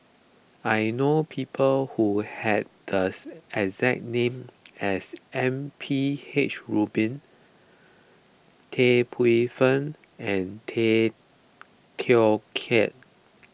I know people who have the exact name as M P H Rubin Tan Paey Fern and Tay Teow Kiat